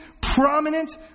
prominent